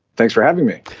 thanks for having me.